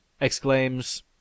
exclaims